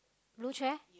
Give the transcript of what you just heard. blue chair